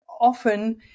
often